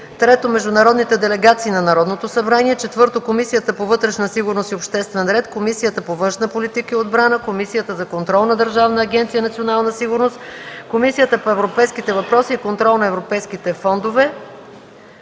3. международните делегации на Народното събрание; 4. Комисията по вътрешна сигурност и обществен ред, Комисията по външната политика и отбрана, Комисията за контрол на Държавна агенция „Национална сигурност” и Комисията по европейските въпроси и контрол на европейските фондове.”